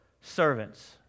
servants